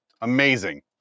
Amazing